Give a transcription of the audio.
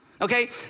okay